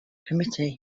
committee